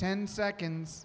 ten seconds